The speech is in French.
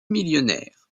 millionnaire